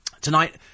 Tonight